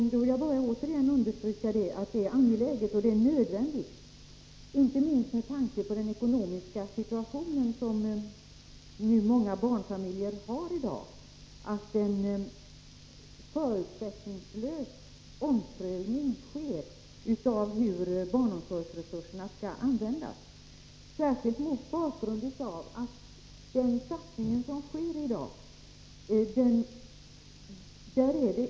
Jag vill bara återigen understryka att det är nödvändigt — inte minst med tanke på den ekonomiska situation som många barnfamiljer i dag har — att en förutsättningslös omprövning sker av hur barnomsorgsresurserna skall användas. Det är särskilt angeläget mot bakgrund av att den satsning som i dag görs fördelas snett.